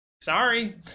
sorry